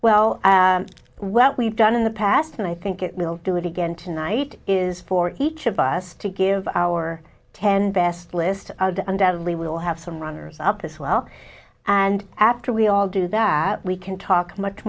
well what we've done in the past and i think it will do it again tonight is for each of us to give our ten best list of the undead we will have some runners up as well and after we all do that we can talk much